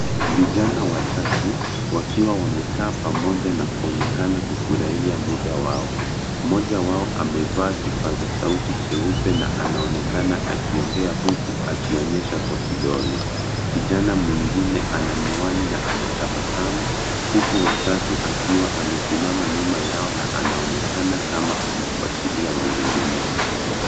Vijana watatu wakiwa wamekaa pamoja na kuonekana kufurahia muda wao. Mmoja wao amevaa kipaza sauti cheupe na anaonekana akiongea huku akionyesha kwa kidole . Kijana mwingine ana miwani na anatabasamu huku wa tatu akiwa amesimama nyuma yao na anaonekana kama anafuatilia mazungumzo.